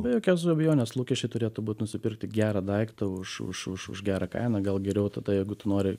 be jokios abejonės lūkesčiai turėtų būt nusipirkti gerą daiktą už už už gerą kainą gal geriau tada jeigu tu nori